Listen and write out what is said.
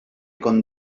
con